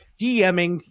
DMing